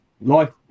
life